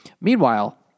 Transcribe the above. Meanwhile